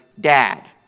dad